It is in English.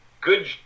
good